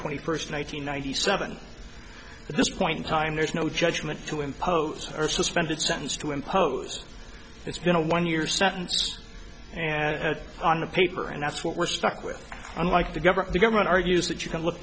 twenty first one nine hundred ninety seven at this point in time there's no judgment to impose or suspended sentence to impose it's been a one year sentence and on the paper and that's what we're stuck with unlike the government the government argues that you can look